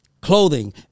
clothing